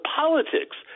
politics